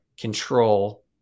control